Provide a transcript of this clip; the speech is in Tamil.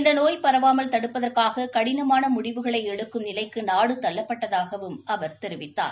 இந்த நோய் பரவாமல் தடுப்பதற்காக கடினமான முடிவுகளை எடுக்கும் நிலைக்கு நாடு தள்ளப்பட்டதாகவும் அவர் தெரிவித்தார்